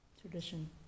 tradition